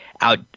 out